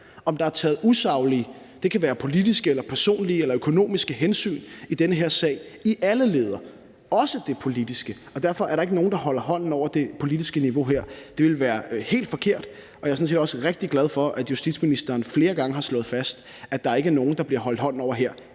om der er taget usaglige – det kan være politiske, personlige eller økonomiske – hensyn i den her sag i alle ledder, også det politiske, og derfor er der ikke nogen, der holder hånden over det politiske niveau her. Det ville være helt forkert, og jeg er sådan set også rigtig glad for, at justitsministeren flere gange har slået fast, at der ikke er nogen, der får holdt hånden over sig